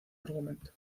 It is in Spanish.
argumento